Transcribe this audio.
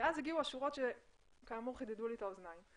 ואז הגיעו השורות שכאמור חידדו לי את האוזניים: